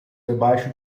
debaixo